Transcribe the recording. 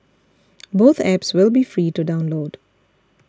both apps will be free to download